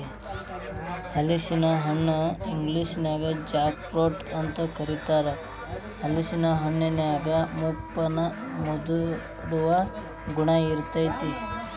ಹಲಸಿನ ಹಣ್ಣನ ಇಂಗ್ಲೇಷನ್ಯಾಗ ಜಾಕ್ ಫ್ರೂಟ್ ಅಂತ ಕರೇತಾರ, ಹಲೇಸಿನ ಹಣ್ಣಿನ್ಯಾಗ ಮುಪ್ಪನ್ನ ಮುಂದೂಡುವ ಗುಣ ಇರ್ತೇತಿ